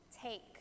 Take